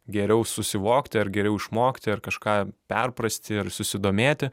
geriau susivokti ar geriau išmokti ar kažką perprasti ar susidomėti